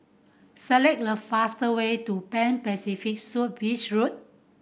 select the fastest way to Pan Pacific Suite Beach Road